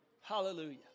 Hallelujah